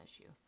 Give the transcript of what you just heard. issue